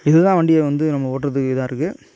இது தான் வண்டியை வந்து நம்ம ஓட்டுறதுக்கு இதாகருக்கு